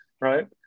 right